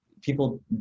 people